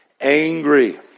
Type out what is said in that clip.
angry